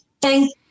thank